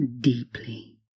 deeply